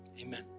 Amen